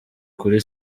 kuri